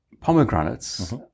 pomegranates